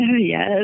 Yes